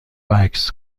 وکس